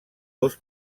dos